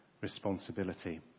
responsibility